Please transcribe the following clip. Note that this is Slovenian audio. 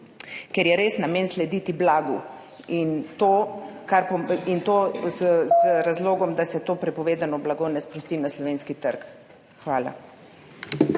ker je res namen slediti blagu in to z razlogom, da se to prepovedano blago ne sprosti na slovenski trg. Hvala.